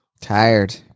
Tired